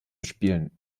spielen